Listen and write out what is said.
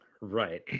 right